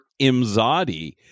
Imzadi